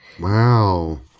Wow